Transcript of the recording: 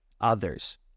others